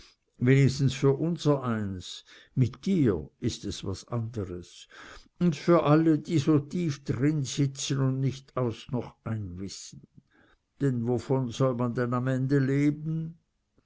wenigstens für unsereins mit dir is es was anders und für alle die so tief drinsitzen un nich aus noch ein wissen denn wovon soll man denn am ende leben